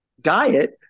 diet